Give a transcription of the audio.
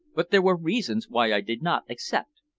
but there were reasons why i did not accept.